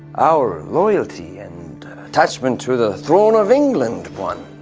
our loyalty and attachment to the throne of england, one.